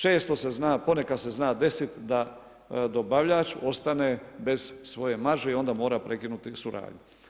Često se zna, ponekad se zna desit da dobavljač ostane bez svoje marže i onda mora prekinuti suradnju.